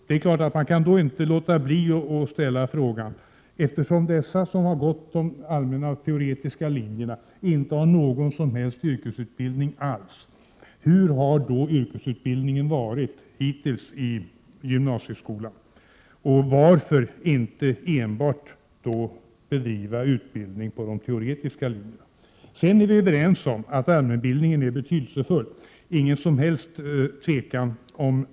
Då kan man naturligtvis inte låta bli att ställa frågan: Eftersom de som genomgått de allmänna och teoretiska linjerna inte har någon som helst yrkesutbildning, hur har då yrkesutbildningen hittills varit skött i gymnasieskolan? Varför inte under sådana förhållanden enbart bedriva utbildning på de teoretiska linjerna? Vi är överens om att allmänutbildningen är betydelsefull — det har vi framhållit.